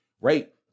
right